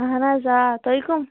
اہن حظ آ تُہۍ کٕم